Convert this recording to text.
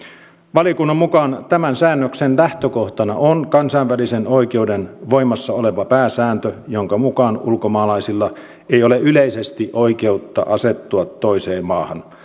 valiokunnan mukaan tämän säännöksen lähtökohtana on kansainvälisen oikeuden voimassa oleva pääsääntö jonka mukaan ulkomaalaisilla ei ole yleisesti oikeutta asettua toiseen maahan